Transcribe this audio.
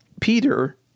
Peter